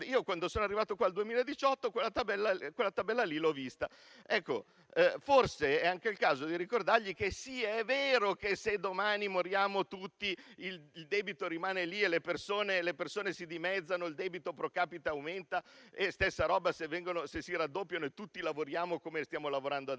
quando sono arrivato, nel 2018, quella tabella l'ho vista. Forse è il caso di ricordargli che è vero che, se domani moriamo tutti, il debito rimane lì, le persone si dimezzano e il debito *pro capite* aumenta; la stessa roba, se si raddoppiano e tutti lavoriamo come stiamo lavorando adesso.